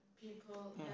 people